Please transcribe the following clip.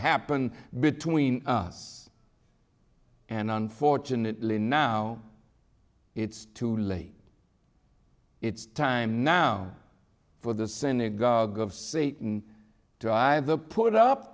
happened between us and unfortunately now it's too late it's time now for the synagogue of satan drive the put up